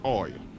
oil